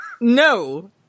No